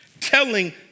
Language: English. telling